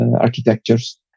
architectures